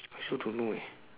I also don't know eh